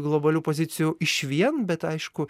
globalių pozicijų išvien bet aišku